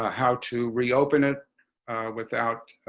how to reopen it without